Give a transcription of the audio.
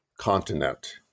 continent